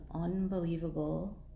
unbelievable